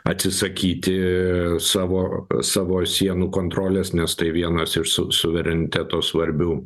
atsisakyti savo savo sienų kontrolės nes tai vienas iš su suvereniteto svarbių